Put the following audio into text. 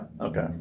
Okay